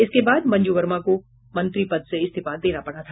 इसके बाद मंजू वर्मा को मंत्री पद से इस्तीफा देना पड़ा था